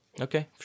okay